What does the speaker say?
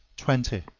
twenty.